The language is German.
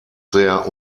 sehr